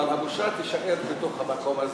אבל הבושה תישאר בתוך המקום הזה.